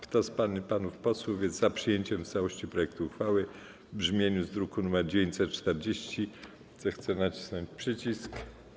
Kto z pań i panów posłów jest za przyjęciem w całości projektu uchwały w brzmieniu z druku nr 940, zechce nacisnąć przycisk.